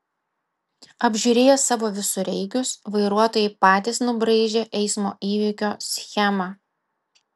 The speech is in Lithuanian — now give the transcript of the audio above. apžiūrėję savo visureigius vairuotojai patys nubraižė eismo įvykio schemą